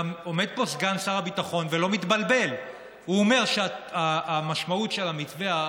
גם עומד פה סגן שר הביטחון ולא מתבלבל והוא אומר שהמשמעות של המתווה,